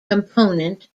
component